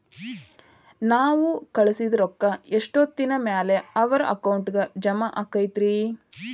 ನಾವು ಕಳಿಸಿದ್ ರೊಕ್ಕ ಎಷ್ಟೋತ್ತಿನ ಮ್ಯಾಲೆ ಅವರ ಅಕೌಂಟಗ್ ಜಮಾ ಆಕ್ಕೈತ್ರಿ?